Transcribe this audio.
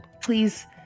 please